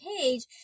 page